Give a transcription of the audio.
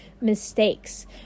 mistakes